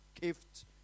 gift